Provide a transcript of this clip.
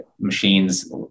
machines